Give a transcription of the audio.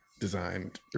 designed